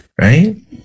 right